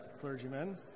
clergymen